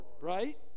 right